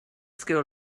school